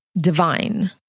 divine